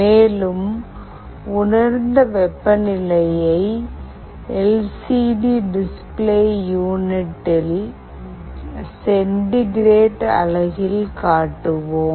மேலும் உணர்ந்த வெப்பநிலையை எல் சி டி டிஸ்ப்ளே யூனிட்டில் சென்டிகிரேட் அலகில் காட்டுவோம்